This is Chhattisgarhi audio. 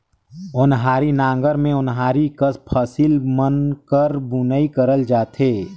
ओन्हारी नांगर मे ओन्हारी कस फसिल मन कर बुनई करल जाथे